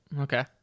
Okay